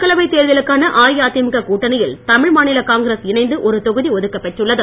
மக்களவைத் தேர்தலுக்கான அஇஅதிமுக கூட்டணியில் தமிழ்மாநில காங்கிரஸ் இணைந்து ஒரு தொகுதி ஒதுக்கப்பெற்றுள்ளது